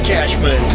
Cashman